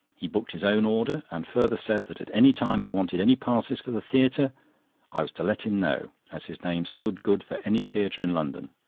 he booked his own order, and further said that at any time i wanted any passes for the theatre i was to let him know, as his name stood good for any theatre in london.